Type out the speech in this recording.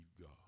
God